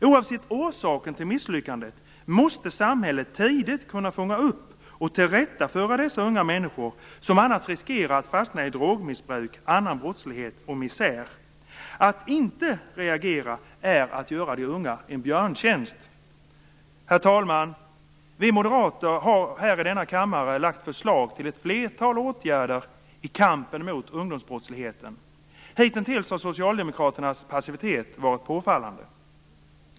Oavsett orsaken till misslyckandet måste samhället tidigt kunna fånga upp och tillrättaföra dessa unga människor, som annars riskerar att fastna i drogmissbruk, annan brottslighet och misär. Att inte reagera är att göra de unga en björntjänst. Herr talman! Vi moderater har här i denna kammare lagt fram förslag till ett flertal åtgärder i kampen mot ungdomsbrottsligheten. Hitintills har socialdemokraternas passivitet varit påfallande.